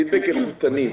פידבק איכותני,